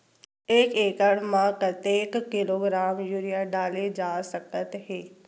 एक एकड़ म कतेक किलोग्राम यूरिया डाले जा सकत हे?